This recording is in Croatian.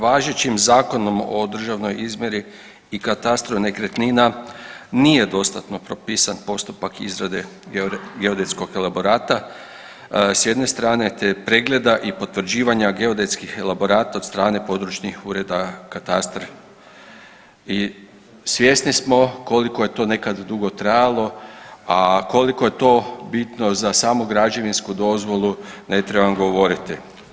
Važećim Zakonom o državnoj izmjeri i katastru nekretnina nije dostatno propisan postupak izrade geodetskog elaborata s jedne strane te pregleda i potvrđivanja geodetskih elaborata od strane područnih ureda katastar i svjesni smo koliko je to nekada dugo trajalo, a koliko je to bitno za samu građevinsku dozvolu ne trebam govoriti.